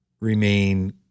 remain